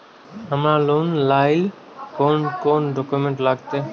हमरा लोन लाइले कोन कोन डॉक्यूमेंट लागत?